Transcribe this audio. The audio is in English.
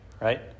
right